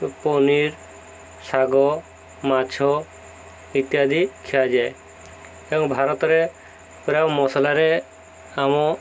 ପନିର ଶାଗ ମାଛ ଇତ୍ୟାଦି ଖିଆଯାଏ ଏବଂ ଭାରତରେ ପୁରା ମସଲାରେ ଆମ